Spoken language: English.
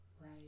Right